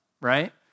right